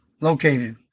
located